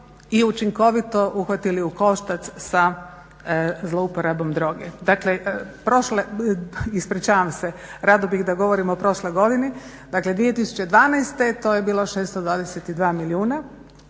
i učinkovito uhvatili u koštac sa zlouporabom droge. Dakle prošle, ispričavam se, rado bih da govorimo o prošloj godini, dakle 2012. to je bilo 622 milijuna,